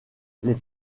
les